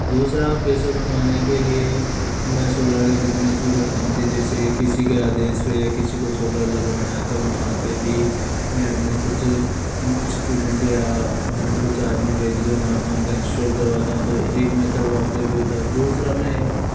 दूसरा पैसा कमाने के लिए मैं सोलर का बिज़नेस भी करता हूँ कि जैसे किसी के आदेश पर किसी को सोलर लगवाना है तो वहाँ पर भी मैं अपने कुछ स्टूडेंट्स या अपने कुछ आदमी भेज कर वहाँ पर उनके इंस्टॉल करवाता हूँ तो एक मेथड वहाँ पर भी होता है दूसरा मैं